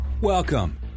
Welcome